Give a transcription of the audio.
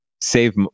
save